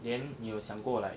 then 你有想过 like